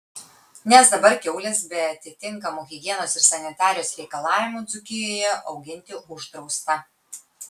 nes dabar kiaules be atitinkamų higienos ir sanitarijos reikalavimų dzūkijoje auginti uždrausta